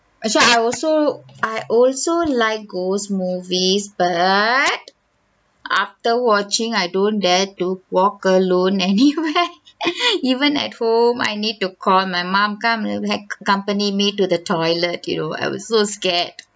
actually I also I also like ghost movies but after watching I don't dare to walk alone anywhere even at home I need to call my mum come help accompany me to the toilet you know I was so scared